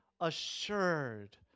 assured